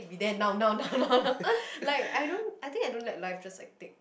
be there like now now now now now like I don't I think I don't like life just like take